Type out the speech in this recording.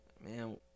man